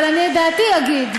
אבל אני את דעתי אגיד.